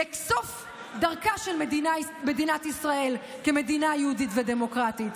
לסוף דרכה של מדינת ישראל כמדינה יהודית ודמוקרטית.